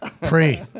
Pre